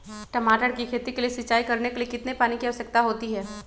टमाटर की खेती के लिए सिंचाई करने के लिए कितने पानी की आवश्यकता होती है?